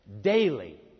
Daily